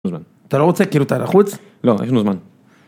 אתה לא רוצה, כאילו, אתה לחוץ? לא יש לנו זמן.